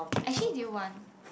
actually do you want